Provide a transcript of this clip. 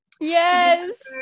yes